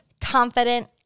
confident